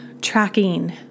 tracking